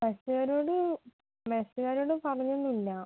ബസ്സുകാരോട് ബസ്സുകാരോട് പറഞ്ഞൊന്നുമില്ല